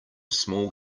small